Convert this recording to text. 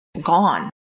gone